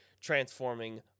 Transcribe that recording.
transforming